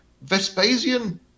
Vespasian